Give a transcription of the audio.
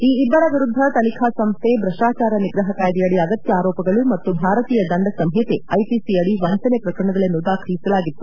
ಈ ಇಬ್ಬರ ವಿರುದ್ಧ ತನಿಖಾ ಸಂಸ್ಥೆ ಭ್ರಷ್ಟಾಚಾರ ನಿಗ್ರಹ ಕಾಯ್ದೆಯಡಿ ಅಗತ್ಯ ಆರೋಪಗಳು ಮತ್ತು ಭಾರತೀಯ ದಂಡ ಸಂಹಿತೆ ಐಪಿಸಿ ಅಡಿ ವಂಚನೆ ಪ್ರಕರಣಗಳನ್ನು ದಾಖಲಾಗಿತ್ತು